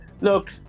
look